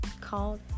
called